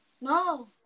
No